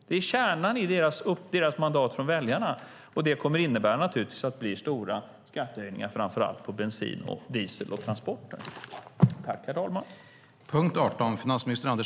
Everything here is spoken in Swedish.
Det är kärnan i deras mandat från väljarna, och det kommer naturligtvis att innebära att det blir stora skattehöjningar framför allt på bensin, diesel och transporter.